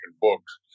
books